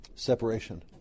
Separation